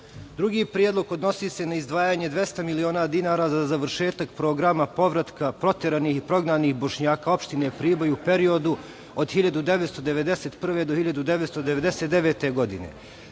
predlog odnosi se na izdvajanje 200 miliona dinara za završetak programa povratka proteranih i prognanih Bošnjaka opštine Priboj u periodu od 1991. do 1999. godine.